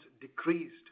decreased